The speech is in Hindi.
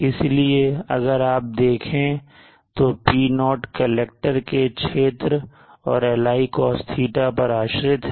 इसलिए अगर आप देखें तो P0 कलेक्टर के क्षेत्र और Li cos θ पर आश्रित है